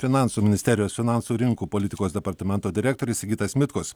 finansų ministerijos finansų rinkų politikos departamento direktorius sigitas mitkus